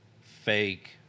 fake